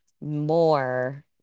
more